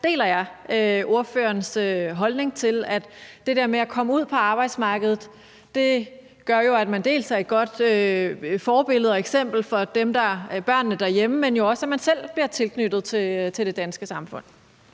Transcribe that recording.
deler jeg ordførerens holdning til, at det der med at komme ud på arbejdsmarkedet jo gør, at man både er et godt forbillede og eksempel for børnene derhjemme, men også selv bliver tilknyttet det danske samfund.